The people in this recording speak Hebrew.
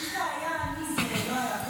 אם זה היה אני, זה לא היה קורה.